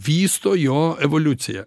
vysto jo evoliuciją